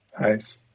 Nice